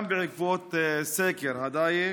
גם בעקבות סקר הדיג,